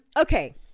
Okay